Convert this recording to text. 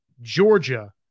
Georgia